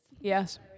yes